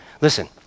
Listen